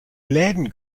läden